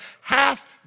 Hath